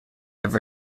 have